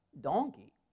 donkey